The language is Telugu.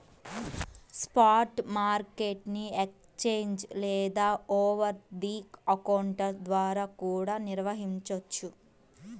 స్పాట్ మార్కెట్ ని ఎక్స్ఛేంజ్ లేదా ఓవర్ ది కౌంటర్ ద్వారా కూడా నిర్వహించొచ్చు